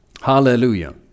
Hallelujah